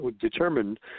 determined